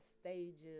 stages